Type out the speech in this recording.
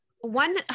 One